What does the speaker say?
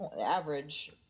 average